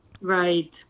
Right